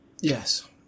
Yes